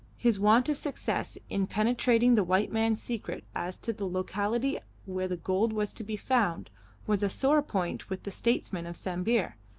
his want of success in penetrating the white man's secret as to the locality where the gold was to be found was a sore point with the statesman of sambir,